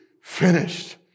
finished